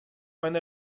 meine